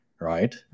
right